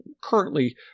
currently